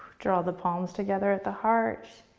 draw the palms together at the heart,